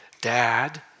Dad